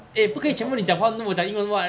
我们在访问他